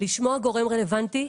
לשמוע גורם רלוונטי,